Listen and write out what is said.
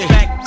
Back